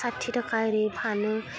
साथि थाखा आरि फानो